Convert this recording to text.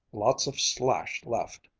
lots of slash left.